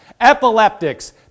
epileptics